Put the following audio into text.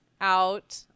out